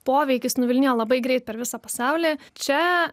poveikis nuvilnijo labai greit per visą pasaulį čia